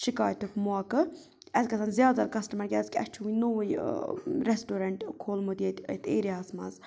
شکایتُک موقعہٕ اَسہِ گژھن زیادٕ تر کَسٹمَر کیٛازِکہِ اَسہِ چھُ وٕنہِ نوٚوٕے رٮ۪سٹورنٛٹ کھوٗلمُت ییٚتہِ اَتہِ ایریا ہَس منٛز